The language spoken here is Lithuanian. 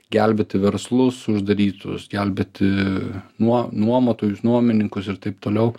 gelbėti verslus uždarytus gelbėti nuo nuomotojus nuomininkus ir taip toliau